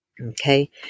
Okay